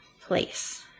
place